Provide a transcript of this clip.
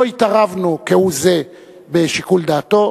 לא התערבנו כהוא זה בשיקול דעתו.